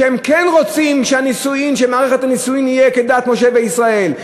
שכן רוצים שמערכת הנישואים תהיה כדת משה וישראל.